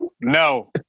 No